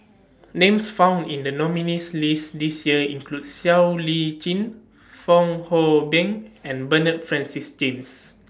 Names found in The nominees' list This Year include Siow Lee Chin Fong Hoe Beng and Bernard Francis James